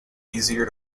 easier